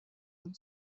and